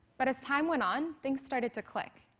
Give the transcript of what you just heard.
but as time went on, things started to click.